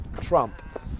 trump